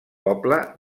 poble